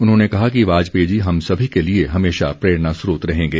उन्होंने कहा कि वाजपेयी जी हम सभी के लिए हमेशा प्रेरणा स्रोत रहेंगे